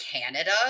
canada